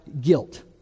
guilt